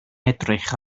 edrych